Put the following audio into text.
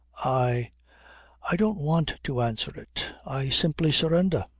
i i don't want to answer it. i simply surrender.